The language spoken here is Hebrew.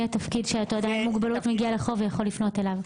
מי בעל התפקיד שאותו אדם בעל מוגבלות יכול לפנות אליו.